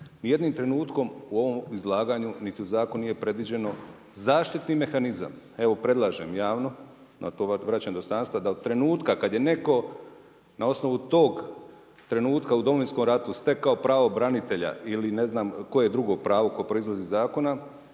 nijednim trenutnom u ovom izlaganju niti u zakonu nije predviđeno zaštitni mehanizam. Evo predlažem javno, … vraćanje dostojanstva da od trenutka kada je neko na osnovu tog trenutka u Domovinskom ratu stekao pravo branitelja ili ne zna koje drugo pravo koje proizlazi iz zakona,